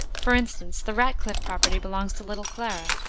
for instance, the ratcliffe property belongs to little clara,